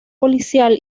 policial